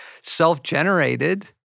self-generated